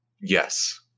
yes